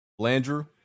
Landrew